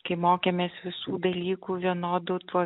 kai mokėmės visų dalykų vienodu tuo